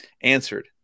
answered